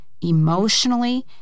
emotionally